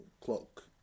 clock